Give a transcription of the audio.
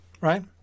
right